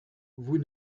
vous